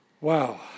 Wow